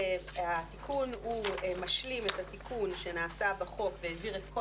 התיקון משלים את התיקון שנעשה בחוק והעביר את כל